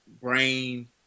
brain